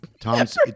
Tom's